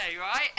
right